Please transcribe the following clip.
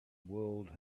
world